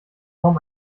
form